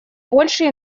большей